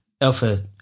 Alpha